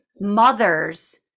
mothers